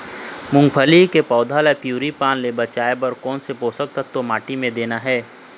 मुंगफली के पौधा ला पिवरी पान ले बचाए बर कोन से पोषक तत्व माटी म देना हे?